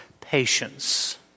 patience